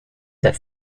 that